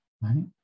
right